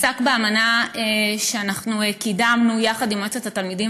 האמנה שקידמנו יחד עם מועצת התלמידים